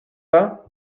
pas